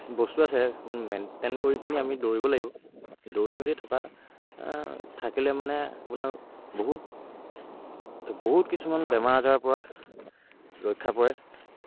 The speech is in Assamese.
বস্তু আছে মেইনটেইন কৰি পিনি আমি দৌৰিব লাগিব দৌৰি মেলি থকা থাকিলে মানে আপোনাৰ বহুত বহুত কিছুমান বেমাৰ আজাৰৰ পৰা ৰক্ষা পৰে